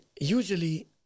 Usually